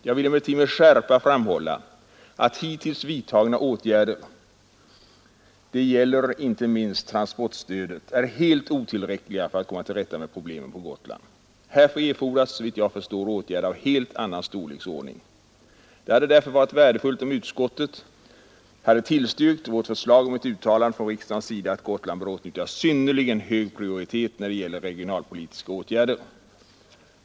Jag vill emellertid med skärpa framhålla att hittills vidtagna åtgärder — det gäller inte minst transportstödet — är helt otillräckliga för att komma till rätta med problemen på Gotland. Härför fordras, såvitt jag förstår, åtgärder av helt annan storleksordning. Det hade därför varit värdefullt om utskottet hade tillstyrkt vårt förslag om ett uttalande från riksdagens sida att Gotland bör åtnjuta synnerligen hög prioritet när det gäller regionalpolitiska åtgärder.